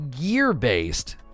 gear-based